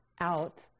out